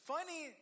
Funny